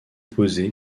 posé